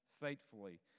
faithfully